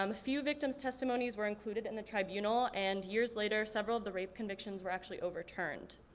um few victims' testimonies were included in the tribunal and years later, several of the rape convictions were actually over turned.